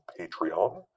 Patreon